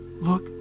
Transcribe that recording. look